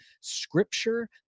scripture